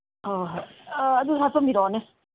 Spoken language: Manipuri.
ꯑꯧ ꯍꯣꯏ ꯑꯗꯨ ꯍꯥꯞꯆꯤꯟꯕꯤꯔꯛꯑꯣꯅꯦ